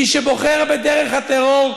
מי שבוחר בדרך הטרור,